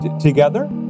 together